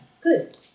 Good